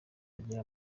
agira